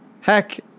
Heck